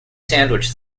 sandwich